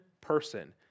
person